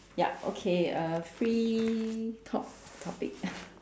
yup okay uh free talk topic